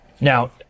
Now